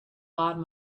body